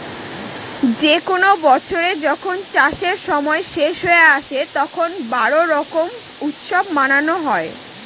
যে কোনো বছরে যখন চাষের সময় শেষ হয়ে আসে, তখন বোরো করুম উৎসব মানানো হয়